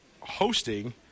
hosting